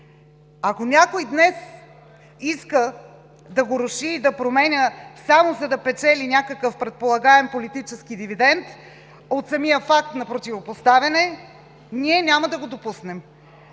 Ако някой днес иска да го руши и да променя, само за да печели някакъв предполагаем политически дивидент от самия факт на противопоставяне, ние няма да го допуснем.